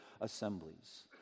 assemblies